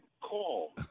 call